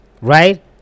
right